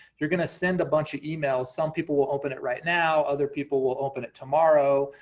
you're gonna send a bunch of emails, some people will open it right now, other people will open it tomorrow,